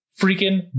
freaking